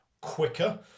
quicker